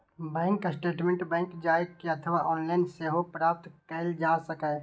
bank statement bank जाए के अथवा ऑनलाइन सेहो प्राप्त कैल जा सकैए